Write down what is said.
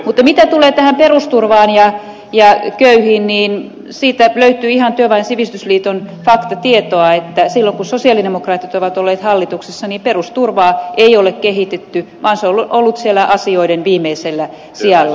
mutta mitä tulee perusturvaan ja köyhiin siitä löytyy ihan työväen sivistysliiton faktatietoa että silloin kun sosialidemokraatit ovat olleet hallituksessa perusturvaa ei ole kehitetty vaan se on ollut siellä asioiden viimeisellä sijalla